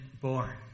born